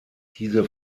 diese